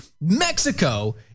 Mexico